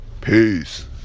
Peace